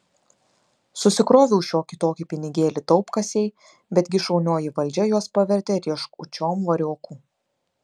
susikroviau šiokį tokį pinigėlį taupkasėj bet gi šaunioji valdžia juos pavertė rieškučiom variokų